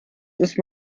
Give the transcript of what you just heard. ist